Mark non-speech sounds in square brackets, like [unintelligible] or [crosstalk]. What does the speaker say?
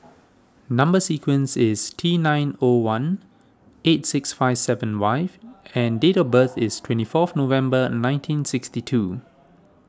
Number Sequence is T nine O one eight six five seven [unintelligible] and date of birth is twenty fourth November nineteen sixty two